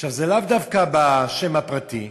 זה לאו דווקא בשם הפרטי.